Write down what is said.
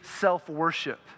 self-worship